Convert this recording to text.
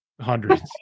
hundreds